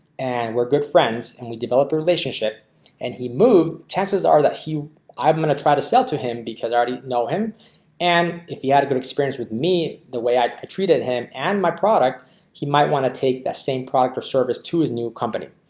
and we're good friends and we develop a relationship and he moved chances are that he i'm going to try to sell to him because i already know him and if he had a good experience with me the way i i treated him and my product he might want to take the same product or service to his new company